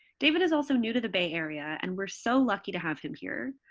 david is also new to the bay area, and we're so lucky to have him here.